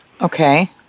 Okay